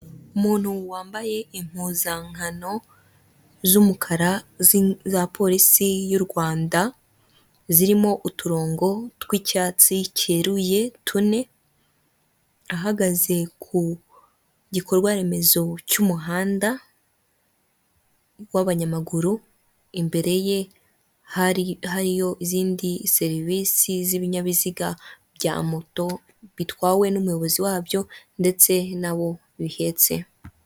Umuntu wambaye impuzankano z'umukara za polisi y'u Rwanda zirimo uturongo tw'icyatsi cyeruye tune, ahagaze ku gikorwaremezo cy'umuhanda w'abanyamaguru, imbere ye hari hariyo izindi serivisi z'ibinyabiziga bya moto bitwawe n'umuyobozi wabyo ndetse n'abo bihetse.